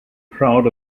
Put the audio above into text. proud